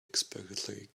expertly